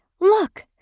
Look